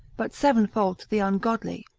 but sevenfold to the ungodly